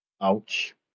Ouch